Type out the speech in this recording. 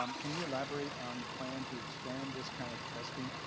um can you elaborate on the plan to expand this kind of testing,